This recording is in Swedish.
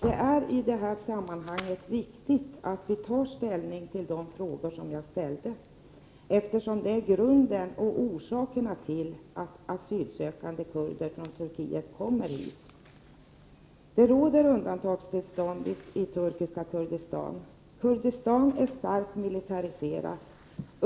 Det är i detta sammanhang viktigt att vi tar ställning till de frågor jag ställde, eftersom de förhållanden jag tar upp är grunden till att asylsökande kurder kommer hit från Turkiet. Det råder undantagstillstånd i turkiska Kurdistan. Kurdistan är starkt militariserat.